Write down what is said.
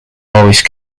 maurice